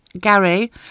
Gary